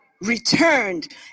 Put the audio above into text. returned